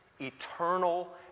eternal